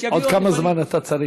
עוד כמה זמן אתה צריך?